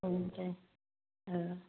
औ दे उम